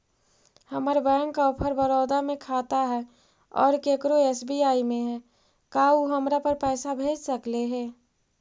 हमर bank of Baroda में खाता है और केकरो एस.बी.आई में है का उ हमरा पर पैसा भेज सकले हे?